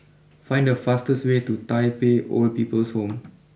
find the fastest way to Tai Pei Old People's Home